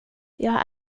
jag